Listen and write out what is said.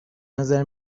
نظر